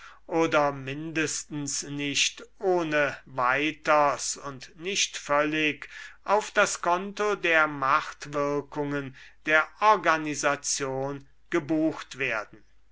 oder mindestens nicht ohneweiters und nicht völlig auf das konto der machtwirkungen der organisation gebucht werden